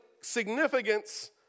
significance